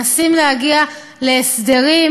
הם מנסים להגיע להסדרים.